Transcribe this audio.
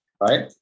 Right